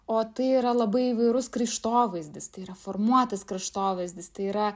o tai yra labai įvairus kraštovaizdis tai yra formuotas kraštovaizdis tai yra